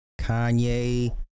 Kanye